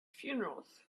funerals